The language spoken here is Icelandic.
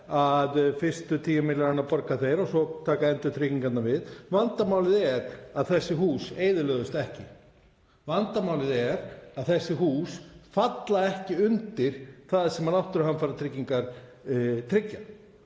fyrstu tíu milljónirnar og svo taka endurtryggingar við. Vandamálið er að þessi hús eyðilögðust ekki. Vandamálið er að þessi hús falla ekki undir það sem Náttúruhamfaratrygging tryggir.